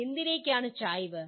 എന്തിലേക്കാണ് ചായ്വ്